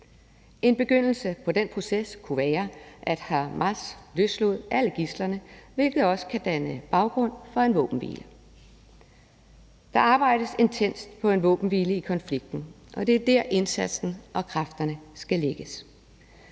En begyndelse på den proces kunne være, at Hamas løslod alle gidslerne, hvilket også kunne danne baggrund for en våbenhvile. Der arbejdes intenst på en våbenhvile i konflikten, og det er der, indsatsen og kræfterne skal lægges.